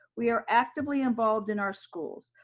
we are actively involved in our schools.